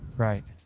right.